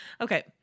okay